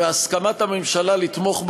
והסכמת הממשלה לתמוך בחוק,